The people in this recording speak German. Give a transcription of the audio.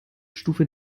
stufe